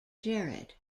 jared